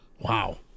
Wow